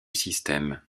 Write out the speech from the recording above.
système